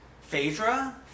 Phaedra